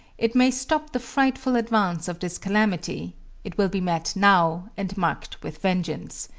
it may stop the frightful advance of this calamity it will be met now, and marked with vengeance.